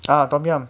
ah tom yum